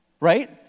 right